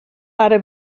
ara